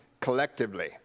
collectively